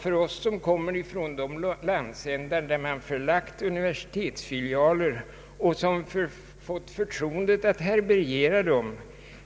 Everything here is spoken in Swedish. För oss som kommer från de landsändar dit man förlagt universitetsfilialer och som fått förtroendet att härbärgera dem